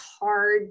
hard